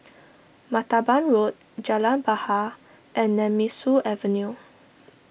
Martaban Road Jalan Bahar and Nemesu Avenue